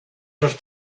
just